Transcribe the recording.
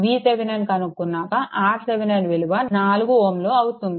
VThevenin కనుక్కున్నాక RThevenin విలువ 4 Ω అవుతుంది